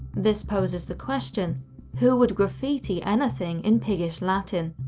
this poses the question who would graffiti anything in piggish latin?